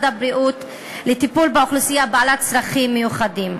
הבריאות לטיפול באוכלוסייה בעלת צרכים מיוחדים.